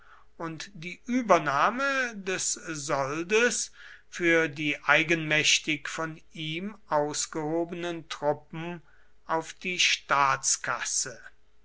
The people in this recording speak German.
und die übernahme des soldes für die eigenmächtig von ihm ausgehobenen truppen auf die staatskasse